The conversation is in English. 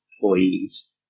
employees